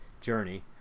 journey